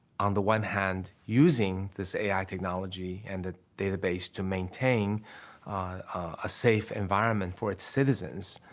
on the one hand, using this a i. technology and the database to maintain a safe environment for its citizens,